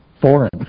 foreign